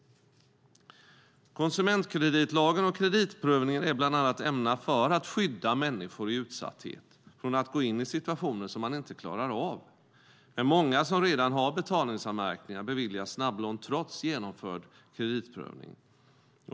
Konsumentkreditlagen och kreditprövningen är bland annat ämnade för att skydda människor i utsatthet från att gå in i situationer som man inte klarar av. Men många som redan har betalningsanmärkningar beviljas snabblån trots genomförd kreditprövning.